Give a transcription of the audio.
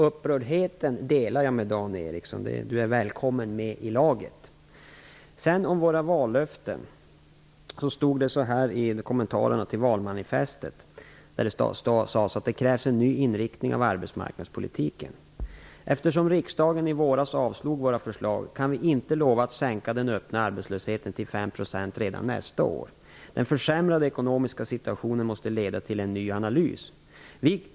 Upprördheten delar jag med Dan Ericsson. Han är välkommen med i laget. Det stod så här i kommentarerna till valmanifestet: Det krävs en ny inriktning av arbetsmarknadspolitiken. Eftersom riksdagen i våras avslog våra förslag kan vi inte lova att sänka den öppna arbetslösheten till 5 % redan nästa år. Den försämrade ekonomiska situationen måste leda till en ny analys.